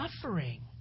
suffering